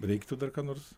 reiktų dar ką nors